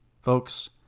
Folks